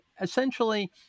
essentially